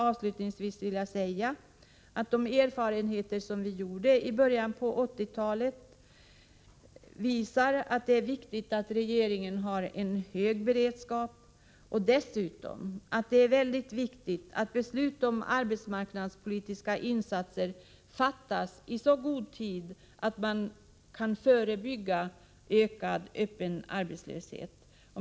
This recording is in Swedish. Avslutningsvis skulle jag vilja säga: De erfarenheter som vi gjorde i början av 1980-talet visar att det är viktigt att regeringen har en hög beredskap och att det är mycket viktigt att beslut om arbetsmarknadspolitiskainsatser fattas i så god tid att man kan förebygga ökad öppen arbetslöshet.